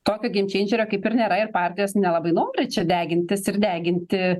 tokio geimčeidžerio kaip ir nėra ir partijos nelabai nori čia degintis ir deginti